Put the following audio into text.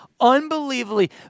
unbelievably